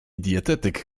dietetyk